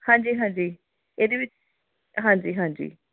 ਹਾਂਜੀ ਹਾਂਜੀ ਇਹਦੇ ਵਿੱਚ ਹਾਂਜੀ ਹਾਂਜੀ